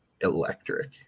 electric